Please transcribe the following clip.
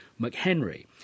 McHenry